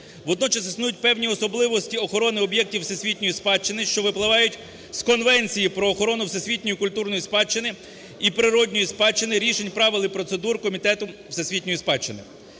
Водночас існують певні особливості охорони об'єктів всесвітньої спадщини, що випливають з Конвенції про охорону всесвітньої культурної спадщини і природньої спадщини, рішень, правил і процедур Комітетом всесвітньої спадщини.